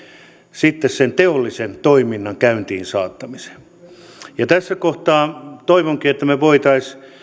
sitten sen teollisen toiminnan käyntiin saattamisen ja tässä kohtaa toivonkin että me voisimme